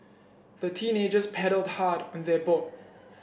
the teenagers paddled on their boat